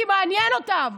כי זה מעניין אותם.